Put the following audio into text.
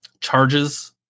charges